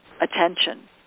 attention